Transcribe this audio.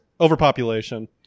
Overpopulation